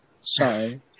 Sorry